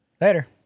later